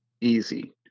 easy